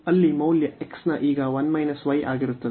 ಅಲ್ಲಿ ಮೌಲ್ಯ x ನ ಈಗ 1 y ಆಗಿರುತ್ತದೆ